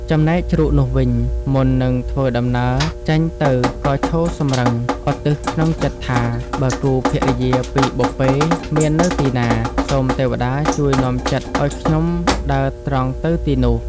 ចំណែកជ្រូកនោះវិញ មុននឹងធ្វើដំណើរចេញទៅក៏ឈរសម្រឹង ឧទ្ទិសក្នុងចិត្ដថា បើគូភរិយាពីបុព្វេមាននៅទីណា សូមទេវតាជួយនាំចិត្ដឱ្យខ្ញុំដើរត្រង់ទៅទីនោះ។